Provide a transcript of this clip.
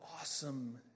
awesome